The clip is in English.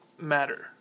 matter